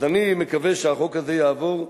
אז אני מקווה שהחוק הזה יעבור.